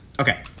Okay